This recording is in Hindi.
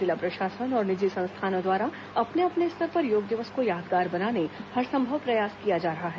जिला प्रशासन और निजी संस्थाओं द्वारा अपने अपने स्तर पर योग दिवस को यादगार बनाने हरसंभव प्रयास किया जा रहा है